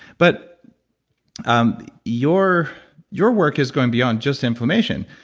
but um your your work is going beyond just inflammation.